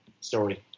story